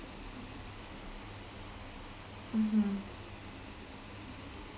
mmhmm